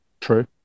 True